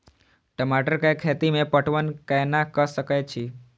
टमाटर कै खैती में पटवन कैना क सके छी?